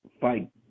Fight